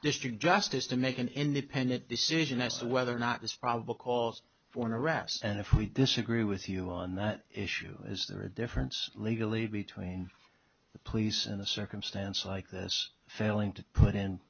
district justice to make an independent decision as to whether or not this probable cause for an arrest and if we disagree with you on the issue is there a difference legally between the police in a circumstance like this failing to put in